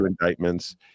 indictments